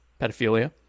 pedophilia